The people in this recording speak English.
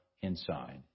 inside